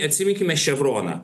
atsiminkime ševroną